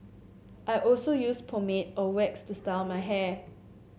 I also use pomade or wax to style my hair